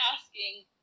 asking